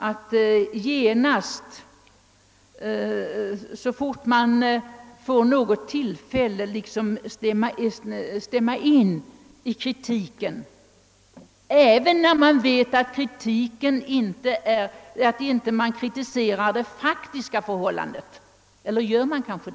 Att så fort tillfälle ges stämma in i kritiken av svensk politik även när man vet att kritiken inte riktas mot faktiska förhållanden, är ett egendomligt dubbelspel.